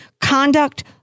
conduct